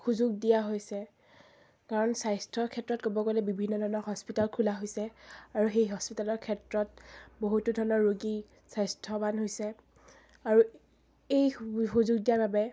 সুযোগ দিয়া হৈছে কাৰণ স্বাস্থ্যৰ ক্ষেত্ৰত ক'ব গ'লে বিভিন্ন ধৰণৰ হস্পিতাল খোলা হৈছে আৰু সেই হস্পিতালৰ ক্ষেত্ৰত বহুতো ধৰণৰ ৰোগী স্বাস্থ্যৱান হৈছে আৰু এই সুযোগ দিয়াৰ বাবে